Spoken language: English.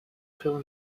fell